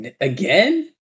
Again